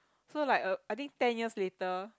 so like uh I think ten years later